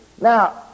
Now